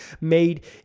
Made